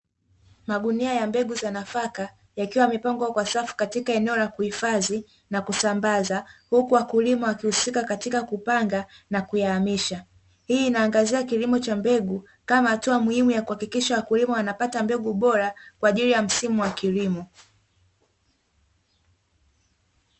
Magunia ya mbegu za nafaka yakiwa yamepangwa katika eneo la kuhifadhi na kusambaza, huku wakulima wakihusika katika kupanga na kuyahamisha. Hii inaangazia kilimo cha mbegu kama hatua muhimu ya kuhakikisha wakulima wanapata mbegu bora kwaajili ya msimu wa kilimo.